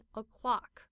o'clock 。